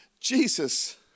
Jesus